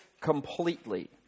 completely